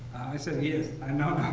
i said, yes, i know, now.